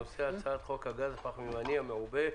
הנושא: הצעת חוק הגז הפחמימני המעובה,